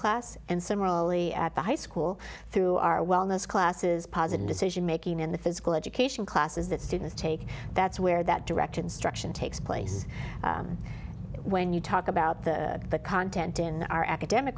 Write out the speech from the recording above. class and similarly at the high school through our wellness classes positive decision making in the physical education classes that students take that's where that direct instruction takes place when you talk about the content in our academic